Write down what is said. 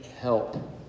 help